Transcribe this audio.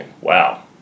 Wow